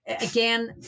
again